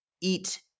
eat